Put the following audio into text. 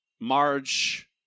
Marge